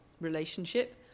relationship